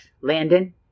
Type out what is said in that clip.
Landon